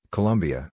Colombia